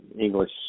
English